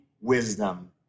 wisdom